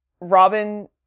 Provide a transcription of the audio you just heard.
Robin